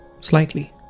slightly